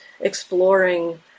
exploring